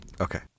Okay